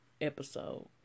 episode